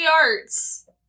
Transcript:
arts